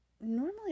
normally